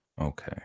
Okay